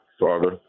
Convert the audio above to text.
Father